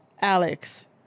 Alex